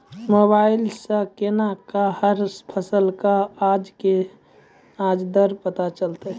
Mobile सऽ केना कऽ हर फसल कऽ आज के आज दर पता चलतै?